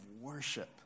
worship